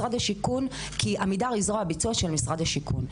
השיכון, כי עמידר היא זרוע הביצוע של משרד השיכון.